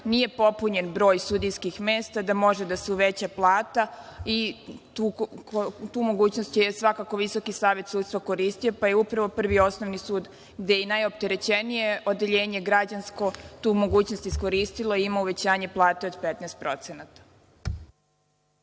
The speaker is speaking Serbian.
nije popunjen broj sudijskih mesta da može da se uveća plata. Tu mogućnost je svakako Visoki savet sudstva koristio, pa je upravo Prvi osnovni sud, gde je i najopterećenije odeljenje, građansko, tu mogućnost iskoristilo i ima uvećanje plate od 15%.